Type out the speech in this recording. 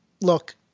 Look